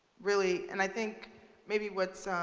really. and i think maybe what's